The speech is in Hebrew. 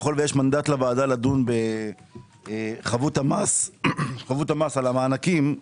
ככל שיש מנדט לוועדה לדון בחבות המס על המענקים,